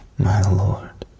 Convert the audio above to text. my lord,